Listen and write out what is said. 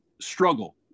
struggle